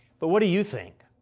but what do you think?